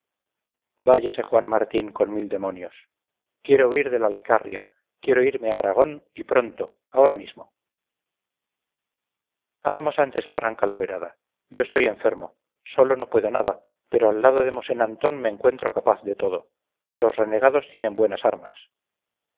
váyase juan martín con mil demonios quiero huir de la alcarria quiero irme a aragón y pronto ahora mismo hagamos antes la gran calaverada yo estoy enfermo solo no puedo nada pero al lado de mosén antón me encuentro capaz de todo los renegados tienen buenas armas